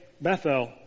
Bethel